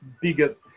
biggest